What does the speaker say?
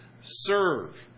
Serve